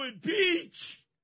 Beach